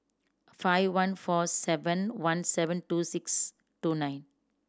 five one four seven one seven two six two nine